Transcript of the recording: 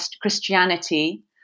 Christianity